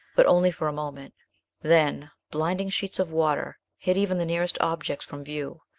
but only for a moment then blinding sheets of water hid even the nearest objects from view,